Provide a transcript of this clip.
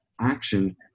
action